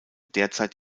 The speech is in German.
derzeit